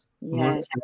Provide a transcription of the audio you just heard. Yes